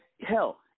hell